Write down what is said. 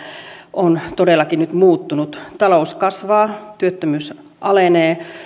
on todellakin nyt muuttunut talous kasvaa työttömyys alenee